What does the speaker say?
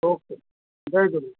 ओ के जय झूलेलाल